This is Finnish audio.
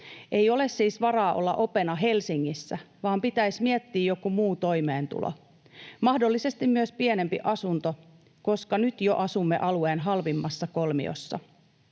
Ei ole siis varaa olla opena Helsingissä, vaan pitäis miettii joku muu toimeentulo. Mahdollisesti myös pienempi asunto, koska nyt jo asumme alueen halvimmassa kolmiossa.